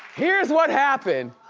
here is what happened,